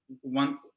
one